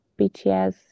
BTS